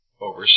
over